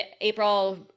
April